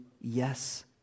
yes